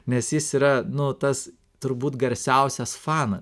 nes jis yra nu tas turbūt garsiausias fanas